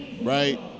right